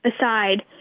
aside